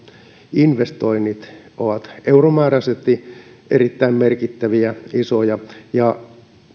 investoinnit ovat euromääräisesti erittäin merkittäviä ja isoja ja